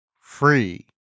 Free